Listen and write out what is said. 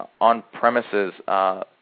on-premises